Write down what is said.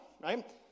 right